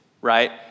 right